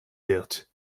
wird